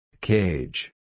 Cage